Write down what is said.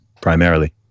primarily